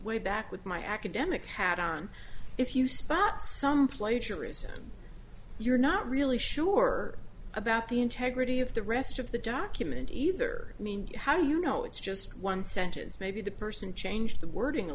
way back with my academic hat on if you spot some plagiarism you're not really sure about the integrity of the rest of the document either i mean how do you know it's just one sentence maybe the person changed the wording a